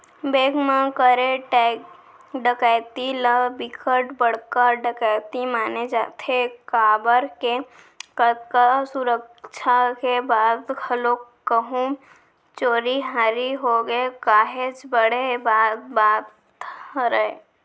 bank म करे डकैती ल बिकट बड़का डकैती माने जाथे काबर के अतका सुरक्छा के बाद घलोक कहूं चोरी हारी होगे काहेच बड़े बात बात हरय